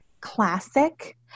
classic